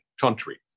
country